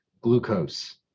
glucose